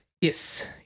Yes